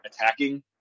attacking